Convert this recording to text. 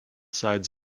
sides